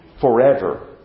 forever